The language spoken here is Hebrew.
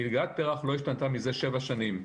מלגת פר"ח לא השתנתה מזה שבע שנים,